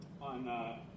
On